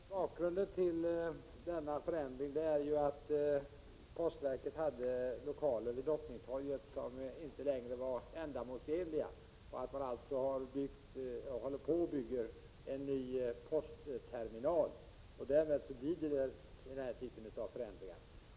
Herr talman! Bakgrunden till denna förändring är ju att postverket hade lokaler vid Drottningtorget som inte längre var ändamålsenliga. Man håller alltså på att bygga en ny postterminal. Därmed genomförs denna typ av förändringar.